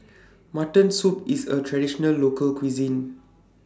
Mutton Soup IS A Traditional Local Cuisine